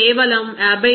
కాబట్టి కేవలం 56